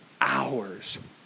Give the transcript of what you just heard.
Hours